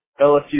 LSU